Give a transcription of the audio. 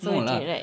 no lah